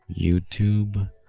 YouTube